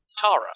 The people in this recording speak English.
Kara